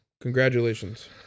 Congratulations